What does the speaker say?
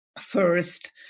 First